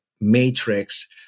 matrix